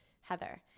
Heather